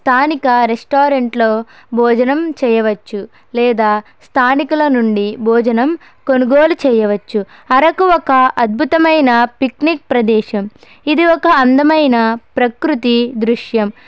స్థానిక రెస్టారెంట్లో భోజనం చేయవచ్చు లేదా స్థానికుల నుండి భోజనం కొనుగోలు చేయవచ్చు అరకు ఒక అద్భుతమైన పిక్నిక్ ప్రదేశం ఇది ఒక అందమైన ప్రకృతి దృశ్యం